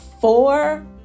four